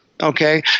Okay